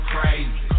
crazy